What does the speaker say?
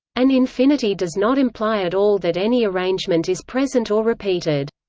an infinity does not imply at all that any arrangement is present or repeated.